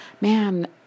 man